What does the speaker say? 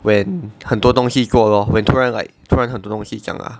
when 很多东西做 lor when 突然 like 突然很很多东西这样 ah